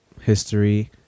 history